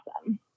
Awesome